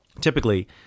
typically